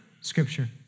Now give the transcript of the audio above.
Scripture